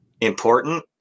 important